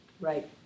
Right